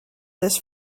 this